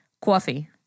Coffee